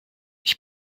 ich